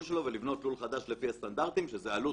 שלו ולבנות לול חדש לפי הסטנדרטים שזאת עלות,